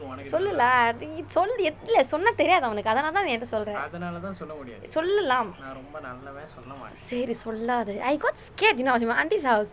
சொல்லு:sollu lah சொல்லு இல்லை சொன்னா தெரியாது அவனுக்கு அதனால தான் நீ என்னட சொல்ற சொல்லலாம் சரி சொல்லாத:sollu illai sonnaa theriyaathu avanukku athanaala thaan ni ennada solre sollalaam sari sollaatha I got scared you know I was in my auntie's house